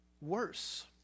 worse